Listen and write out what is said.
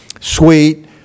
sweet